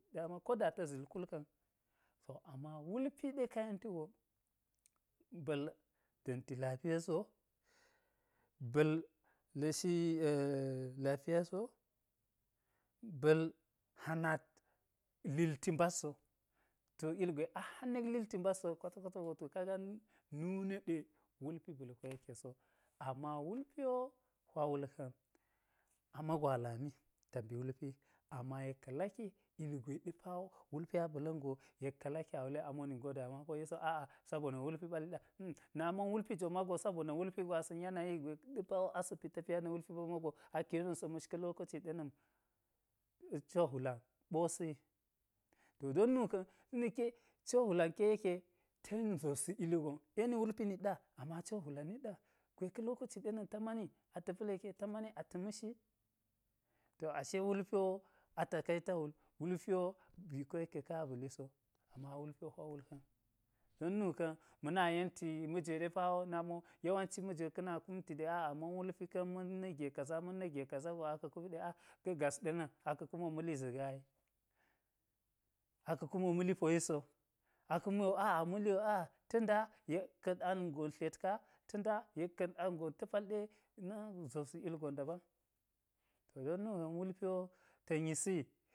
Da ma ko da ta̱ zil kul ka̱n, to ama wulpi ɗe ka yentigo, ba̱l da̱nti lafiyaso, ba̱l la̱shi-lafiya so, ba̱l hanat lilti mbadl so, to ilgwe a hanek lilti so kwata-kwata go, to kaga nune ɗe wulp ba̱l koyekkeso, ama wulpi wo hwawul ka̱n, amago alami ta mbi wulpi, ama yekka laki ugweɗe pawo wulpi aba̱la̱n go yek ka laki amo damuwa poyi so, a̱a̱ sabona̱ wulp ɓali ɗa, a̱-a̱-a̱, na ma̱n wulpi jon mago sabona̱ yanayi ga̱ ɗe pawo asa̱ pi tafiya na̱ wulpi pammago aka̱ yeni wo sa̱ ma̱shka̱ lokaci ɗena̱m, cwo hwulan ɓosiyi to don nu ka̱n tun na̱kke cwo hwulan ke yeke, ten zobsi iligon, eni wulpi nitɗa ama ewo hwulan nit ɗa, gwe ka̱ lokaci ɗena̱m ta mani ata̱ pa̱lt yeke ta mani ata ma̱shi, to ashe wulpi wo atakaita wul wulpi woba̱ ko yekke ka̱n aba̱liso, ama wulpi wo hwa wul ka̱n don nu ka̱n, ma̱ yenti-majwe ɗe pawo nami yawanci majwe ka̱ na kumti ɗe ma̱n wulpi ka̱n, ma̱n na̱k ge kaza ma̱n na̱kge kaza gwa aka̱ kumi ɗe ka̱gas ɗenam, aka̱ kumo ma̱li zigaa yi aka̱ kumo ma̱li poyi so, aka̱ kumo a̱a ma̱li ta̱ da yek ka̱t ang gon tlwet ka, ta da yek ka̱t ang gon, ta̱ palɗe, na zobsi ugon dabam, todon nuka̱n wulpi wo ta̱n yisi,